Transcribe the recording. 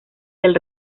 del